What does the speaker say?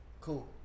Cool